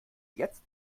jetzt